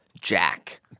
Jack